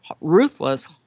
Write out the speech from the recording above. ruthless